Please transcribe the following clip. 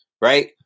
Right